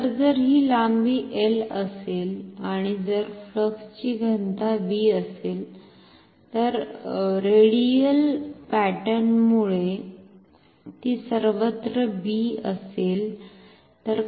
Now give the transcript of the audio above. तर जर ही लांबी एल असेल आणि जर फ्लक्सची घनता बी असेल तर रेडियल पॅटर्नमुळे ती सर्वत्र बी असेल